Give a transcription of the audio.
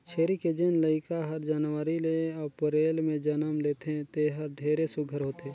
छेरी के जेन लइका हर जनवरी ले अपरेल में जनम लेथे तेहर ढेरे सुग्घर होथे